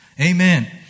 Amen